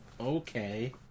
Okay